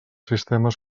sistemes